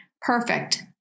Perfect